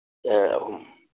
ꯑ ꯑꯍꯨꯝ